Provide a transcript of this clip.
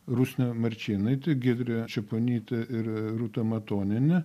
rusnė marčėnaitė giedrė čeponytė ir rūta matonienė